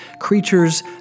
creatures